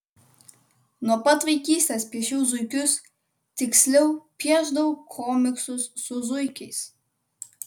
nuo pat vaikystės piešiau zuikius tiksliau piešdavau komiksus su zuikiais